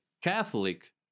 Catholic